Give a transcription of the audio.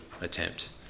attempt